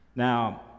Now